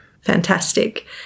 Fantastic